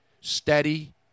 steady